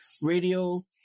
Radio